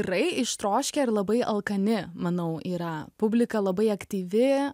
rai ištroškę ir labai alkani manau yra publika labai aktyvi